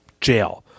Jail